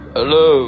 Hello